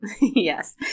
Yes